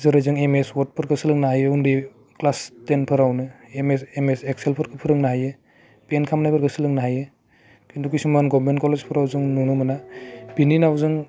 जेरै जोङो M S वर्डफोरखौ सोलोंनो हायो उन्दै क्लास टेनफोरावनो एम एस एक्सेलफोरखौ फोरोंनो हायो पेइन्ट खालामनायफोरखौ सोलोंनो हायो खिन्थु खिसुमान गभार्नमेन्ट कलेजफोराव जों नुनो मोना बेनि उनाव जों